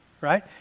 right